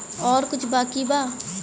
और कुछ बाकी बा?